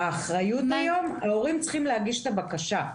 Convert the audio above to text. האחריות היום היא על ההורים שצריכים להגיש את הבקשה.